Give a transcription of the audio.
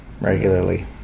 regularly